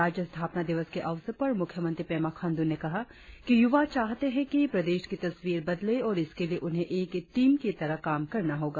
राज्य स्थापना दिवस के अवसर पर मुख्यमंत्री पेमाखांडू ने कहा कि युवा चाहते है कि प्रदेश की तस्वीर बदले और इसके लिए उन्हें एक टीम की तरह काम करना होगा